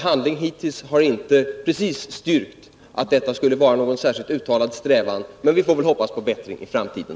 Handlingen hittills har inte precis styrkt att detta skulle vara någon särskilt uttalad strävan, men vi får väl hoppas på en bättring i framtiden.